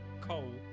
Coal